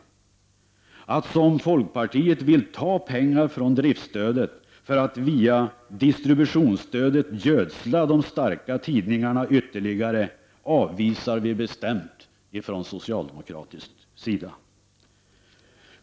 Vi avvisar bestämt från socialdemokratisk sida att, som folkpartiet vill, ta pengar från driftsstödet för att via distributionsstödet gödsla de starka tidningarna ytterligare.